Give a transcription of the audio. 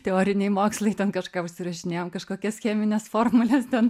teoriniai mokslai ten kažką užsirašinėjau kažkokias chemines formules ten